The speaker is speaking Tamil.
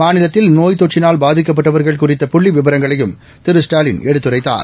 மாநிலத்தில் நோய் தொற்றினால் பாதிக்கப்பட்டவா்கள் குறித்த புள்ளி விவரங்களையும் திரு ஸ்டாலின் எடுத்துரைத்தார்